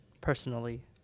personally